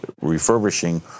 refurbishing